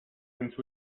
since